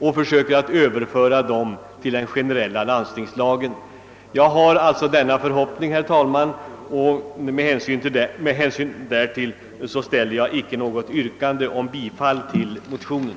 och överföra dem till den generella landstingslagen. Herr talman! Eftersom jag har denna förhoppning ställer jag icke något yrkande om bifall till motionen.